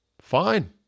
fine